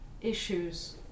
issues